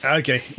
okay